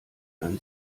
ein